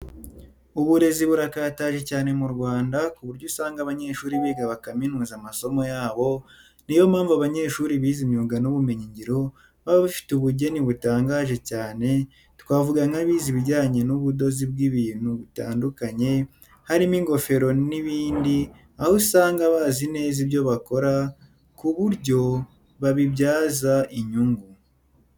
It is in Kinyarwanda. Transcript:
Uburezi burakataje cyane mu Rwanda ku buryo usanga abanyeshuri biga bakaminuza amasomo yabo, niyo mpamvu abanyeshuri bize imyuga n'ubumenyingiro baba bafite ubugeni butangaje cyane twavuga nk'abize ibijyanye n'ubudozi bw'ibintu bitandukanye harimo ingofero n'ibindi aho usanga bazi neza ibyo bakora ku buryo babibyaza inyungu.